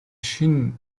шинэ